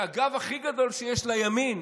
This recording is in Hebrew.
שהגב הכי גדול שיש לימין,